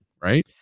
right